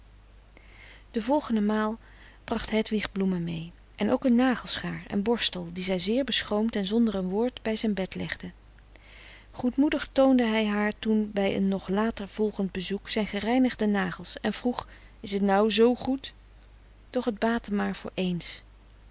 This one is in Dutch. de volgende maal bracht hedwig bloemen mee en ook een nagelschaar en borstel die zij zeer beschroomd en zonder een woord bij zijn bed legde goedmoedig toonde hij haar toen bij een nog later volgend bezoek zijn gereinigde nagels en vroeg is t nou z goed doch het baatte maar voor ééns